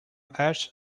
ash